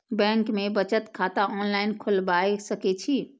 Bank में बचत खाता ऑनलाईन खोलबाए सके छी?